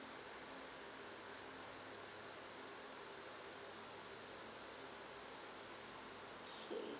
okay